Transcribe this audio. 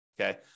Okay